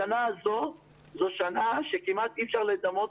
השנה הזאת זאת שנה שכמעט אי-אפשר היה לדמות